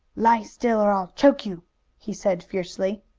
lie still, or i'll choke you! he said fiercely.